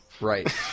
Right